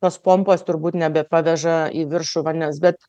tos pompos turbūt nebepaveža į viršų vandens bet